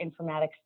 informatics